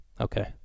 okay